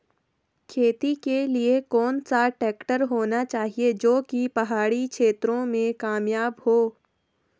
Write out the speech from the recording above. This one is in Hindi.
खेती के लिए कौन सा ट्रैक्टर होना चाहिए जो की पहाड़ी क्षेत्रों में कामयाब हो?